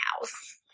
house